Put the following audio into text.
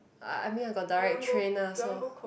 I I mean I got direct train lah so